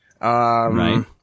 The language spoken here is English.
right